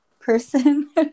person